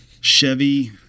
Chevy